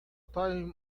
time